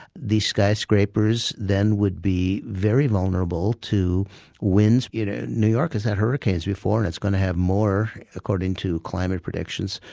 the skyscrapers then would be very vulnerable to winds. you know new york has had hurricanes before and it's going to have more, according to climate predictions,